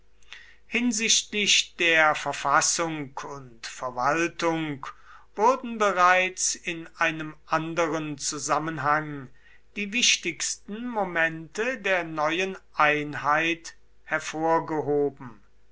hinsichtlich der verfassung und verwaltung wurden bereits in einem anderen zusammenhang die wichtigsten momente der neuen einheit hervorgehoben